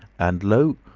and lo!